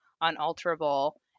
unalterable